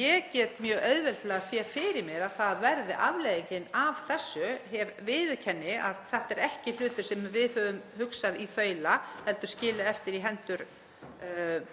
Ég get mjög auðveldlega séð fyrir mér að það verði afleiðingin af þessu. Ég viðurkenni að þetta er ekki hlutur sem við höfum hugsað í þaula heldur skilið eftir í höndum